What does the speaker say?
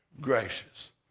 gracious